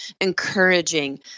encouraging